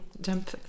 jump